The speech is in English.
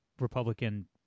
Republican